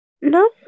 No